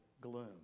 gloom